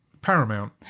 Paramount